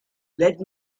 let